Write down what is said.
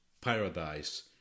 paradise